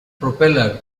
propeller